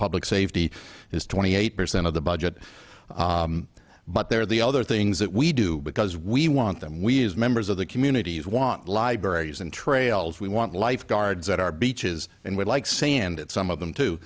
public safety is twenty eight percent of the budget but there are the other things that we do because we want them we as members of the communities want libraries and trails we want lifeguards at our beaches and we like sand some of them too